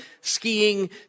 skiing